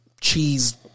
cheese